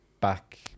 back